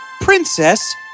Princess